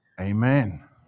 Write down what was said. Amen